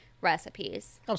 recipes